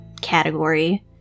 category